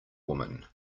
woman